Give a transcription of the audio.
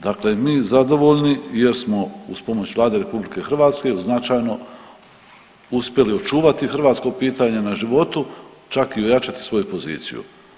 Dakle, mi zadovoljni jer smo uz pomoć Vlade RH značajno uspjeli očuvati hrvatsko pitanje na životu čak i ojačati svoju poziciju.